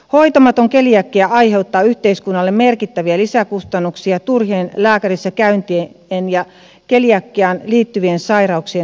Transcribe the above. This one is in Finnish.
hoitamaton keliakia aiheuttaa yhteiskunnalle merkittäviä lisäkustannuksia turhien lääkärissä käyntien ja keliakiaan liittyvien sairauksien hoitokuluina